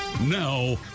Now